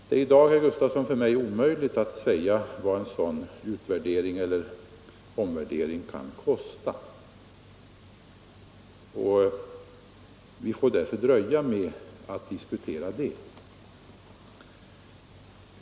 Det är i dag, herr Gustafson, för mig omöjligt att säga vad en sådan här omvärdering kan kosta. Vi får dröja med att diskutera det.